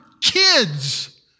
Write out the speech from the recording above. kids